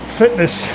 fitness